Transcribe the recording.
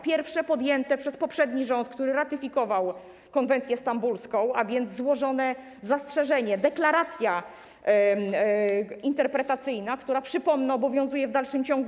Pierwsze zostało podjęte przez poprzedni rząd, który ratyfikował konwencję stambulską, a więc złożone zostało zastrzeżenie, deklaracja interpretacyjna, która, przypomnę, obowiązuje w dalszym ciągu.